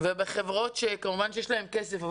ובחברות כמובן שיש להן כסף,